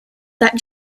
that